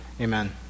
Amen